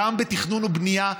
גם בתכנון ובנייה,